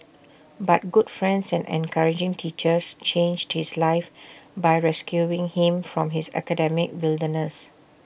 but good friends and encouraging teachers changed his life by rescuing him from the academic wilderness